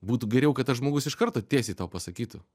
būtų geriau kad tas žmogus iš karto tiesiai tau pasakytų